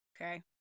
Okay